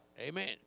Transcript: Amen